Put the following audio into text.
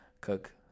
cook